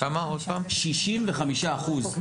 נכון